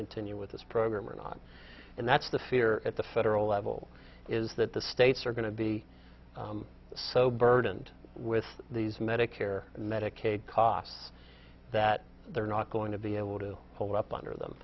continue with this program or not and that's the fear at the federal level is that the states are going to be so burdened with these medicare and medicaid costs that they're not going to be able to hold up under them